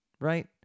right